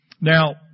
Now